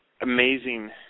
Amazing